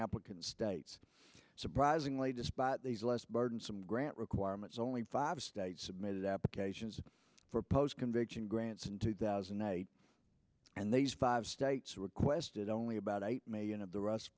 applicants states surprisingly despite these less burdensome grant requirements only five states submitted applications for post conviction grants in two thousand and eight and these five states requested only about eight million of the r